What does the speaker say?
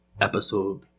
episode